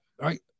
Right